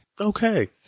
Okay